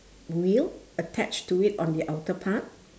wheel attached to it on the outer part